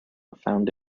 found